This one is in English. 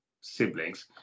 siblings